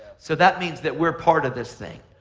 so that means that we're part of this thing.